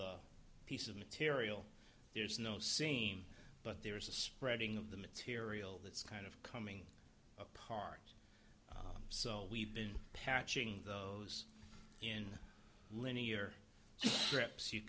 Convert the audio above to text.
the piece of material there's no same but there is a spreading of the material that's kind of coming apart so we've been patching those in linear strips you